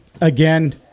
Again